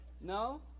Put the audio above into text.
No